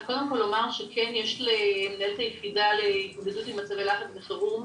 קודם כל אפשר לומר שכן יש למינהלת היחידה להתמודדות עם מצבי לחץ וחירום,